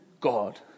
God